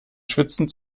schwitzen